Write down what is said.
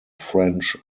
french